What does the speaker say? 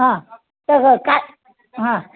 हां तर का हां